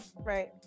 Right